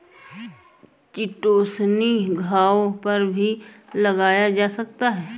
chitosan घावों पर भी लगाया जा सकता है